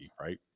right